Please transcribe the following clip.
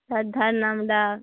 নামডাক